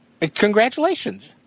Congratulations